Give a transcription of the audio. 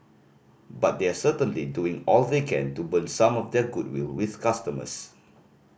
but they're certainly doing all they can to burn some of their goodwill with customers